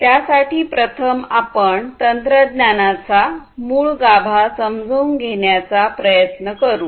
त्यासाठी प्रथम आपण तंत्रज्ञानाचा मूळ गाभा समजून घेण्याचा प्रयत्न करू